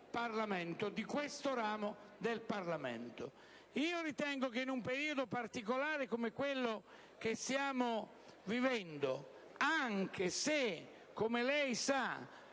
a chiusura di questo ramo del Parlamento. Ritengo che in un periodo particolare come quello che stiamo vivendo, anche se, come lei sa,